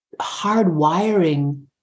hardwiring